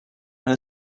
and